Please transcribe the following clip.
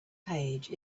page